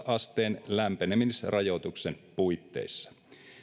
asteen lämpenemisrajoituksen puitteissa